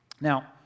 Now